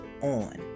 on